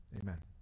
Amen